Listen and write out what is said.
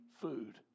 food